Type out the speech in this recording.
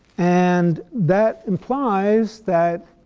and that implies that